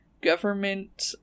government